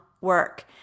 work